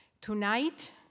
Tonight